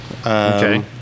Okay